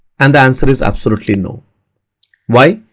and the answer is absolutely no why?